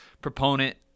proponent